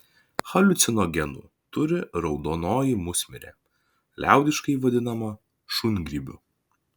haliucinogenų turi raudonoji musmirė liaudiškai vadinama šungrybiu